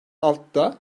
altıda